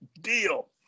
deal